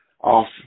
off